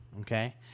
okay